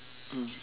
mm